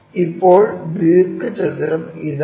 ഇപ്പോൾ ദീർഘചതുരം ഇതാണ്